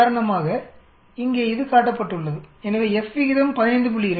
உதாரணமாக இங்கே இது காட்டப்பட்டுள்ளது எனவே F விகிதம் 15